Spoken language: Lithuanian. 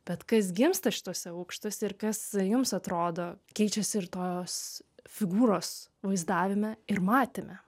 bet kas gimsta šituose aukštuose ir kas jums atrodo keičiasi ir tos figūros vaizdavime ir matyme